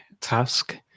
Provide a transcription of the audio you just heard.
task